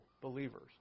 believers